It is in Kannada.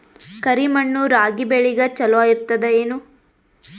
ಕರಿ ಮಣ್ಣು ರಾಗಿ ಬೇಳಿಗ ಚಲೋ ಇರ್ತದ ಏನು?